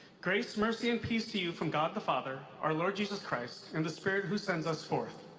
grace, mercy and peace to you from god the father, our lord jesus christ, and the spirit who sends us forth.